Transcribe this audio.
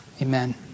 Amen